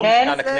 זה לא משכן הכנסת.